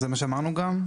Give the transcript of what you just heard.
זה מה שאמרנו גם,